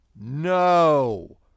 No